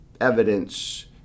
evidence